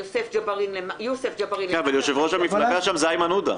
יוסף ג'בארין למטה -- אבל יושב-ראש המפלגה שם זה איימן עודה.